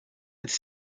its